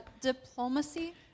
diplomacy